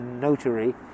notary